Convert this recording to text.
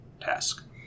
task